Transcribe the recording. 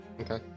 Okay